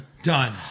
done